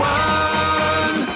one